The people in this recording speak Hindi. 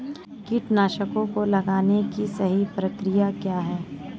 कीटनाशकों को लगाने की सही प्रक्रिया क्या है?